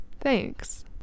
thanks